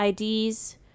IDs